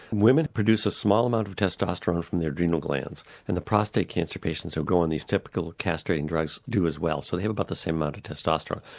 women produce a small amount of testosterone from their adrenal glands, and the prostate cancer patients who go on these typical castrating drugs do as well, so they have about the same amount of testosterone.